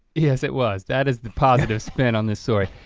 yes, it was, that is the positive spin on this story.